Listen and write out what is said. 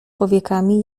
powiekami